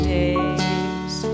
days